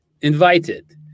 invited